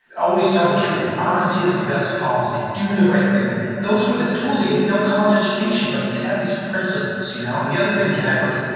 always tell the truth. honesty is the best policy. do the right thing those were the tools he had. no college eduction. but he did have these principles, you know? and the other thing he had was,